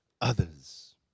others